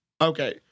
Okay